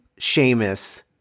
Seamus